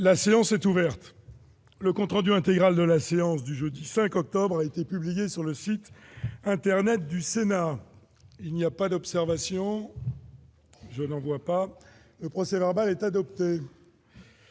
La séance est ouverte. Le compte rendu intégral de la séance du jeudi 5 octobre 2017 a été publié sur le site internet du Sénat. Il n'y a pas d'observation ?... Le procès-verbal est adopté.